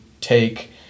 take